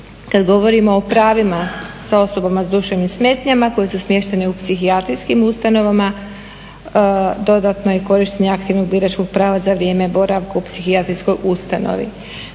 kada govorimo o pravima osoba s duševnim smetnjama koje su smještene u psihijatrijskim ustanovama dodatno je korištenje aktivno biračkog prava za vrijeme boravka u psihijatrijskoj ustanovi.